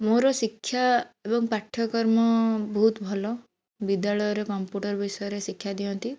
ମୋର ଶିକ୍ଷା ଏବଂ ପାଠ୍ୟକ୍ରମ ବହୁତ ଭଲ ବିଦ୍ୟାଳୟରେ କମ୍ପ୍ୟୁଟର ବିଷୟରେ ଶିକ୍ଷା ଦିଅନ୍ତି